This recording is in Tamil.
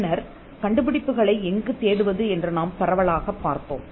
பின்னர் கண்டுபிடிப்புகளை எங்கு தேடுவது என்று நாம் பரவலாகப் பார்த்தோம்